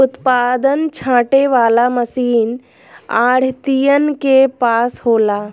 उत्पादन छाँटे वाला मशीन आढ़तियन के पास होला